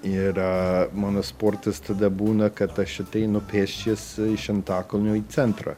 ir mano sportas tada būna kad aš ateinu pėsčias iš antakalnio į centrą